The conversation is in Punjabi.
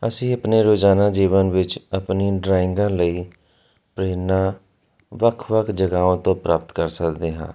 ਅਸੀਂ ਆਪਣੇ ਰੋਜ਼ਾਨਾ ਜੀਵਨ ਵਿੱਚ ਆਪਣੀ ਡਰਾਇੰਗਾਂ ਲਈ ਪ੍ਰੇਰਨਾ ਵੱਖ ਵੱਖ ਜਗਾਵਾਂ ਤੋਂ ਪ੍ਰਾਪਤ ਕਰ ਸਕਦੇ ਹਾਂ